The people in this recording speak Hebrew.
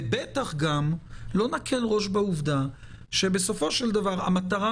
בטח גם לא נקל ראש בעובדה שבסופו של דבר המטרה